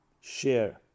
share